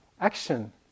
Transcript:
action